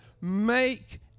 Make